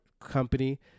company